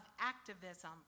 activism